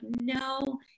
no